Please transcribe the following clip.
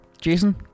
Jason